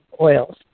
oils